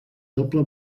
doble